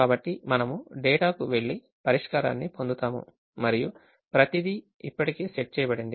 కాబట్టి మనము డేటాకు వెళ్లి పరిష్కారాన్ని పొందుతాము మరియు ప్రతిదీ ఇప్పటికే సెట్ చేయబడింది